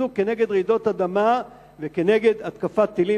לחיזוק כנגד רעידות אדמה וכנגד התקפת טילים,